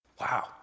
Wow